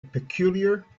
peculiar